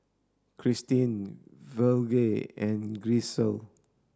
Christene Virgle and Gisele